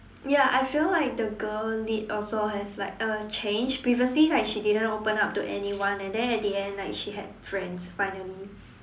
ya I felt like the girl lead also has like uh changed previously like she didn't open up to anyone and then at the end like she had friends finally